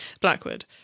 Blackwood